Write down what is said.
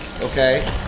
okay